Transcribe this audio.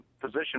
position